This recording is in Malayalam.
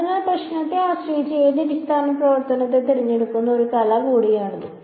അതിനാൽ പ്രശ്നത്തെ ആശ്രയിച്ച് ഏത് അടിസ്ഥാന പ്രവർത്തനത്തെ തിരഞ്ഞെടുക്കുന്ന ഒരു കല കൂടിയാണിത്